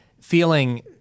feeling